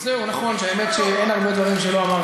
מה לא אמרת שאתה רוצה להגיד?